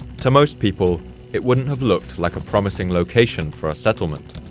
to most people it wouldn't have looked like a promising location for a settlement,